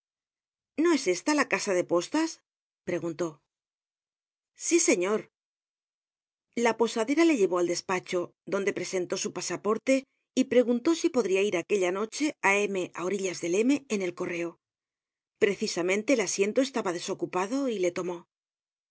no es esta la casa de postas preguntó sí señor la posadera le llevó al despacho donde presentó su pasaporte y preguntó si podria ir aquella noche á m á orillas delm en el correo precisamente el asiento estaba desocupado y le tomó